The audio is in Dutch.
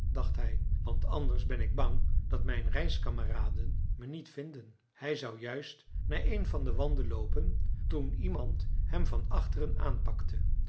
dacht hij want anders ben ik bang dat mijn reiskameraden me niet vinden hij zou juist naar een van de wanden loopen toen iemand hem van achteren aanpakte